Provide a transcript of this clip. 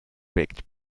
baked